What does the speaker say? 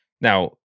Now